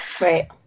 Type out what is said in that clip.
Right